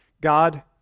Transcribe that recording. God